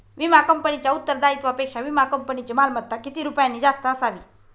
विमा कंपनीच्या उत्तरदायित्वापेक्षा विमा कंपनीची मालमत्ता किती रुपयांनी जास्त असावी?